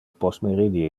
postmeridie